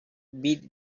bit